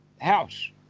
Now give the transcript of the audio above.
house